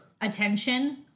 attention